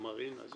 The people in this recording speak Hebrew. אז